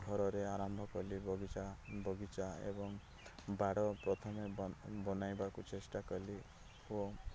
ଘରରେ ଆରମ୍ଭ କଲି ବଗିଚା ବଗିଚା ଏବଂ ବାଡ଼ ପ୍ରଥମେ ବନ ବନାଇବାକୁ ଚେଷ୍ଟା କଲି ଓ